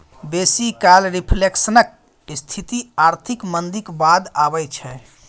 बेसी काल रिफ्लेशनक स्थिति आर्थिक मंदीक बाद अबै छै